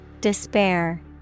Despair